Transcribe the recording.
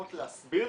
לפחות להסביר